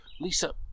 Lisa